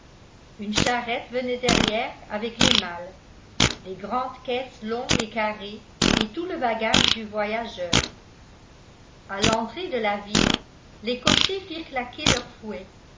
une charrette venait derrière avec les malles les grandes caisses longues et carrées et tout le bagage du voyageur à l'entrée de la ville les cochers firent claquer leur fouet